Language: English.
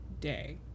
day